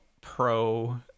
pro